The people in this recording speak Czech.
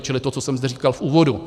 Čili to, co jsem zde říkal v úvodu.